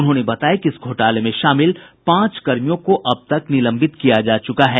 उन्होंने बताया कि इस घोटाले में शामिल पांच कर्मियों को अब तक निलंबित किया जा चुका है